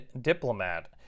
diplomat